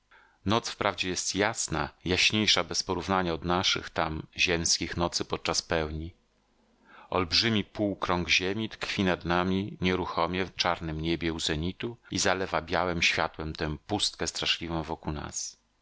noc wprawdzie jest jasna jaśniejsza bez porównania od naszych tam ziemskich nocy podczas pełni olbrzymi półkrąg ziemi tkwi nad nami nieruchomie w czarnem niebie u zenitu i zalewa białem światłem tę pustkę straszliwą wokół nas